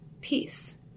peace